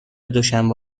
دوشنبه